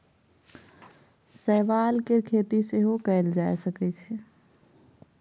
शैवाल केर खेती सेहो कएल जा सकै छै